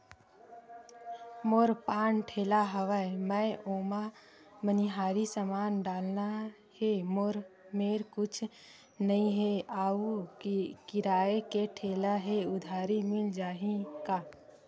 मोर पान ठेला हवय मैं ओमा मनिहारी समान डालना हे मोर मेर कुछ नई हे आऊ किराए के ठेला हे उधारी मिल जहीं का?